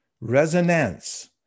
resonance